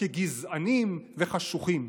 כגזענים וחשוכים.